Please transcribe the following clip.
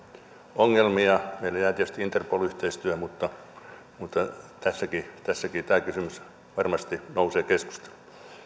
ongelmia meille jää tietysti interpol yhteistyö mutta mutta tässäkin tässäkin tämä kysymys varmasti nousee keskusteluun